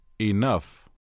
enough